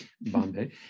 Bombay